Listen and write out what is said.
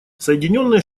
соединенные